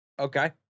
okay